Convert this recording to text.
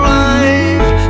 life